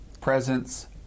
presence